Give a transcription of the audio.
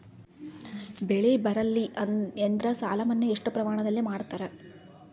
ಬೆಳಿ ಬರಲ್ಲಿ ಎಂದರ ಸಾಲ ಮನ್ನಾ ಎಷ್ಟು ಪ್ರಮಾಣದಲ್ಲಿ ಮಾಡತಾರ?